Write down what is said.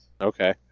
Okay